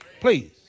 Please